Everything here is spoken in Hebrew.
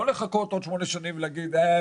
לא לחכות עוד שמונה שנים ולהגיד: "אה,